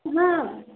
ହଁ